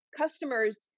customers